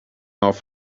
off